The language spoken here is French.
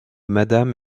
madame